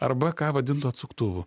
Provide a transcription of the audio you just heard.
arba ką vadinu atsuktuvu